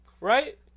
Right